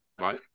right